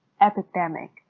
epidemic